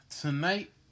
Tonight